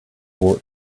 port